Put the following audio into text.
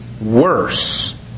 worse